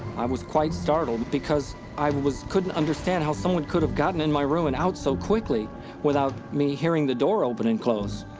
i was quite startled because i couldn't understand how someone could have gotten in my room and out so quickly without me hearing the door open and close.